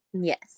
Yes